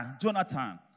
Jonathan